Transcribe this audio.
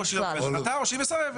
או שהיא לא מקבלת החלטה או שהיא מסרבת.